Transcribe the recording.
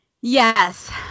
Yes